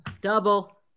Double